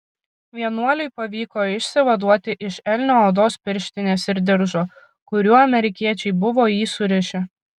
vienuoliui pavyko išsivaduoti iš elnio odos pirštinės ir diržo kuriuo amerikiečiai buvo jį surišę